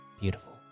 beautiful